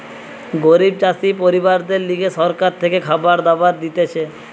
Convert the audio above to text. গরিব চাষি পরিবারদের লিগে সরকার থেকে খাবার দাবার দিতেছে